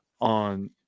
on